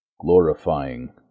Glorifying